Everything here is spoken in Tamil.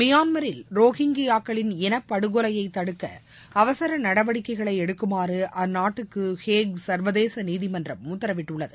மிபான்மரில் ரோஹிங்கியாக்களின் இனப்படுகொலையைதடுக்க அவசரநடவடிக்கைகளைஎடுக்குமாறுஅற்நாட்டுக்குஹேக் சர்வதேசநீதிமன்றம் உத்தரவிட்டுள்ளது